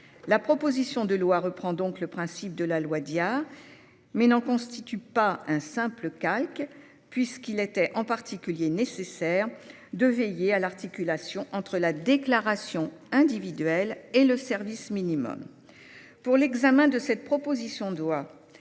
La proposition de loi reprend donc le principe de la loi Diard, mais n'en constitue pas un simple calque. En effet, il était notamment nécessaire de veiller ici à l'articulation entre la déclaration individuelle et le service minimum. Pour l'examen de cette proposition de loi,